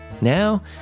Now